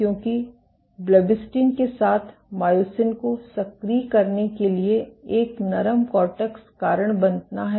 क्यों ब्लेबिस्टिन के साथ मायोसिन को सक्रिय करने के लिए एक नरम कॉर्टेक्स कारण बनना है